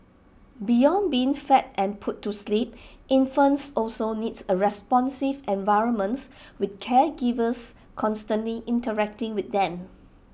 beyond being fed and put to sleep infants also need A responsive environment with caregivers constantly interacting with them